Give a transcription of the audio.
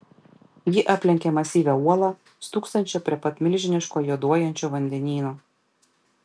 ji aplenkė masyvią uolą stūksančią prie pat milžiniško juoduojančio vandenyno